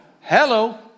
Hello